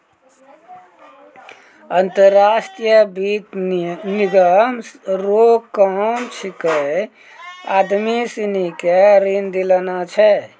अंतर्राष्ट्रीय वित्त निगम रो काम छिकै आदमी सनी के ऋण दिलाना छै